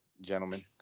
gentlemen